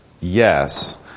Yes